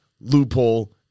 loophole